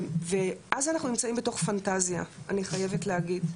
ואז אנחנו נמצאים בתוך פנטזיה, אני חייבת להגיד: